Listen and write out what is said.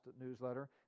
newsletter